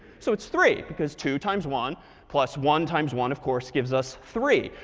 so it's three, because two times one plus one times one, of course, gives us three.